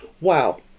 wow